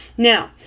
Now